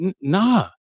nah